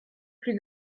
plus